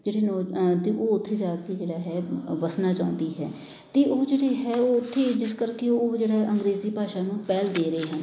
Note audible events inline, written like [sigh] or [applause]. ਜਿਹੜੀ [unintelligible] ਉਹ ਉੱਥੇ ਜਾ ਕੇ ਜਿਹੜਾ ਹੈ ਵਸਣਾ ਚਾਹੁੰਦੀ ਹੈ ਅਤੇ ਉਹ ਜਿਹੜੇ ਹੈ ਉੱਥੇ ਜਿਸ ਕਰਕੇ ਉਹ ਜਿਹੜਾ ਅੰਗਰੇਜ਼ੀ ਭਾਸ਼ਾ ਨੂੰ ਪਹਿਲ ਦੇ ਰਹੇ ਹਨ